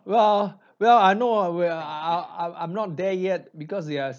well well I know where I I I'm not there yet because he has